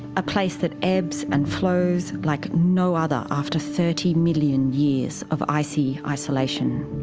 a place that ebbs and flows like no other after thirty million years of icy isolation.